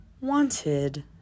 wanted